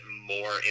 more